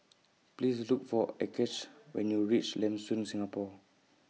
Please Look For Achsah when YOU REACH Lam Soon Singapore